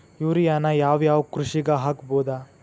ಯೂರಿಯಾನ ಯಾವ್ ಯಾವ್ ಕೃಷಿಗ ಹಾಕ್ಬೋದ?